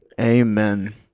Amen